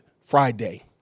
Friday